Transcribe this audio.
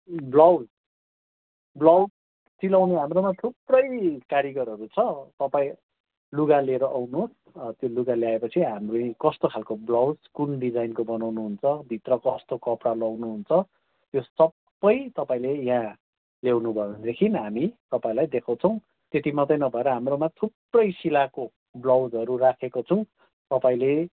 ए blouse blouse सिलाउने हाम्रोमा थुप्रै कारिगरहरू छ तपाईँ लुगा लिएर आउनुहोस् त्यो लुगा ल्याएपछि हाम्रै कस्तो खालको ब्लाउज कुन डिजाइनको बनाउनुहुन्छ भित्र कस्तो कपडा लाउनुहुन्छ त्यो सबै तपाईँले यहाँ ल्याउनु भयो भनेदेखि हामी तपाईँलाई देखाउँछौँ त्यति मात्रै नभएर हाम्रोमा थुप्रै सिलाएको ब्लाउजहरू राखेको छौँ तपाईँले